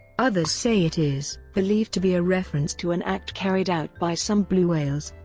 others say it is believed to be a reference to an act carried out by some blue whales,